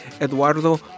Eduardo